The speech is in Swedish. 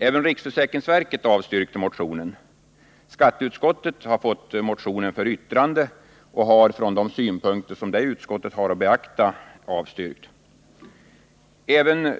Även riksskatteverket avstyrkte motionen. Skatteutskottet har fått motionen för yttrande och har, från de synpunkter detta utskott har att beakta, avstyrkt.